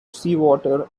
seawater